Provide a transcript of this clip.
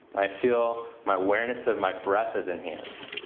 i feel my awareness of my breath is enhanced.